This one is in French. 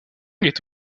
était